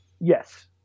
yes